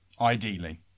ideally